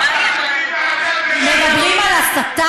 (חבר הכנסת דב חנין יוצא מאולם המליאה.) מדברים על הסתה?